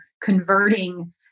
converting